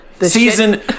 season